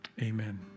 Amen